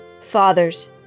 Fathers